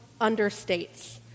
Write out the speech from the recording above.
understates